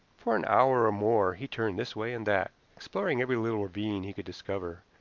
for an hour or more he turned this way and that, exploring every little ravine he could discover,